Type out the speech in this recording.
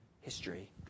history